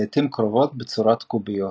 לעיתים קרובות בצורת קוביות.